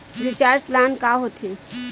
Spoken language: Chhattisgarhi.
रिचार्ज प्लान का होथे?